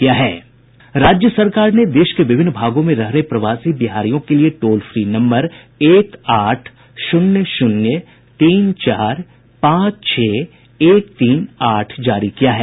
राज्य सरकार ने देश के विभिन्न भागों में रह रहे प्रवासी बिहारियों के लिये टोल फ्री नम्बर एक आठ शून्य शून्य तीन चार पांच छह एक तीन आठ जारी किया है